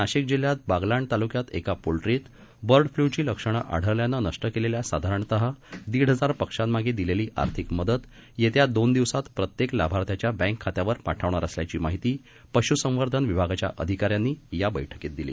नाशिकजिल्ह्यातबागलाणतालुक्यातएकापोल्ट्रीतबर्डफ्लूचीलक्षणआढळल्यानंनष्टकेलेल्यासाधारणत दरम्यान दीडहजारपक्षामागेदिलेलीआर्थिकमदतयेत्यादोनदिवसांतप्रत्येकलाभार्थ्याच्याबँकखात्यावरपाठवणारअसल्याचीमाहितीपशुसंवर्धनविभागा च्याअधिकाऱ्यांनीयाबैठकीतदिली